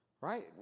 right